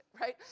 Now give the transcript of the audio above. right